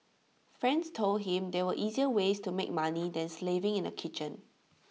friends told him there were easier ways to make money than slaving in A kitchen